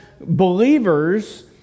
believers